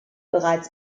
bereits